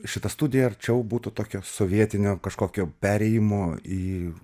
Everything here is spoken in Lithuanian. šita studija arčiau būtų tokia sovietinio kažkokio perėjimo į